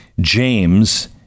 James